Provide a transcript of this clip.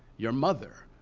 your mother,